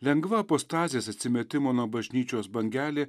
lengva apostazės atsimetimo nuo bažnyčios bangelė